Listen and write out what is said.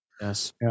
Yes